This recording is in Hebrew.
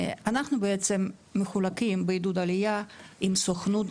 אנחנו בעצם מחולקים בעידוד עלייה עם סוכנות,